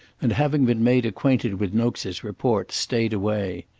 and having been made acquainted with nokes's report, stayed away.